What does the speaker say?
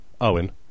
Owen